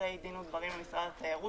אחרי דין ודברים עם משרד התיירות,